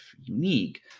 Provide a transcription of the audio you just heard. unique